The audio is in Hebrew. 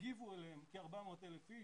הגיבו עליהם כ-400,000 אנשים.